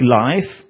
life